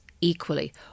equally